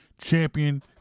champion